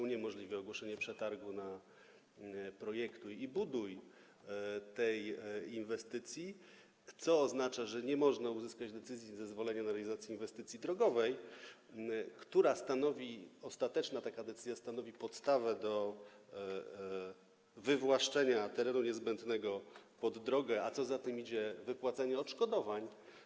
Uniemożliwia to ogłoszenie przetargu „projektuj i buduj” tej inwestycji, co oznacza, że nie można uzyskać decyzji, zezwolenia na realizację inwestycji drogowej, która to - ta ostateczna decyzja - stanowi podstawę do wywłaszczenia niezbędnego terenu pod drogę, a co za tym idzie, wypłacenia odszkodowań.